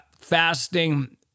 fasting